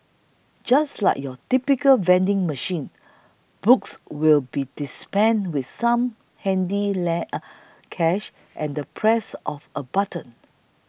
just like your typical vending machine books will be dispensed with some handy cash and the press of a button